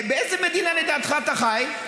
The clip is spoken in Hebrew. באיזו מדינה לדעתך אתה חי,